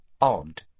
odd